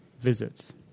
visits